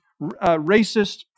racist